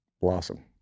blossom